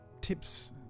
tips